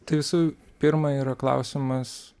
tai visų pirma yra klausimas